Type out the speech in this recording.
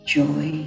joy